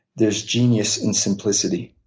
there's genius in simplicity.